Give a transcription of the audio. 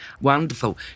Wonderful